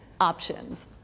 options